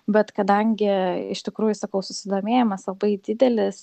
bet kadangi iš tikrųjų sakau susidomėjimas labai didelis